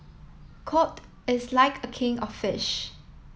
cod is like a king of fish